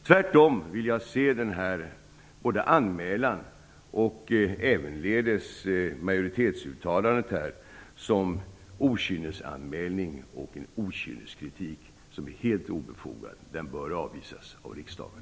Tvärtom vill jag se både denna anmälan och majoritetsuttalandet som okynnesanmälan och okynneskritik som är helt obefogade. De bör avvisas av riksdagen.